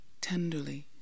tenderly